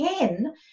again